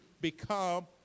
become